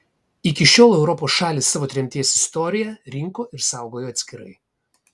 iki šiol europos šalys savo tremties istoriją rinko ir saugojo atskirai